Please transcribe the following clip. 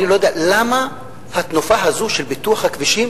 אני לא יודע למה התנופה הזאת של פיתוח הכבישים